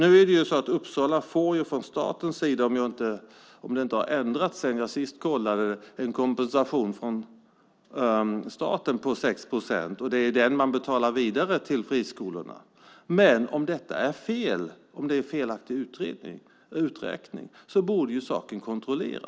Uppsala får en kompensation från staten på 6 procent, om det inte har ändrats sedan jag senast kollade det. Det är den som betalas vidare till friskolorna. Om detta är en felaktig uträkning borde saken kontrolleras.